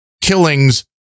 killings